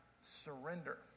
surrender